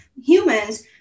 humans